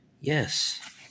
Yes